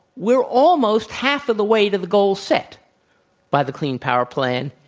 we're almost half of the way to the goal set by the clean power plan,